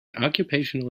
occupational